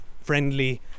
Friendly